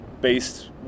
based